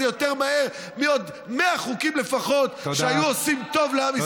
יותר מהר מעוד 100 חוקים לפחות שהיו עושים טוב לעם ישראל,